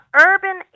urban